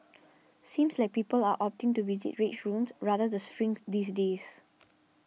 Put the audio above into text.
seems like people are opting to visit rage rooms rather the shrink these days